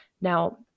Now